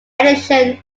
edition